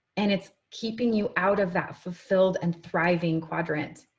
and it's keeping you out of that fulfilled and thriving quadrant.